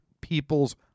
people's